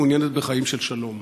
מעוניינת בחיים של שלום,